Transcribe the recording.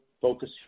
focus